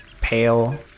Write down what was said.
pale